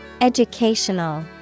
Educational